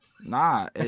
Nah